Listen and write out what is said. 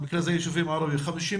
במקרה הזה ישובים ערביים, 50 מיליון,